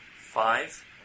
Five